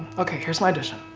okay, here's my audition.